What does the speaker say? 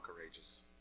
Courageous